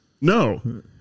no